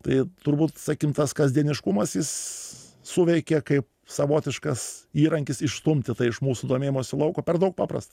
tai turbūt sakykim tas kasdieniškumas jis suveikia kaip savotiškas įrankis išstumti iš mūsų domėjimosi lauko per daug paprasta